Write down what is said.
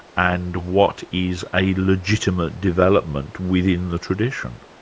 and what is a legitimate development within the tradition?